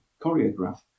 choreograph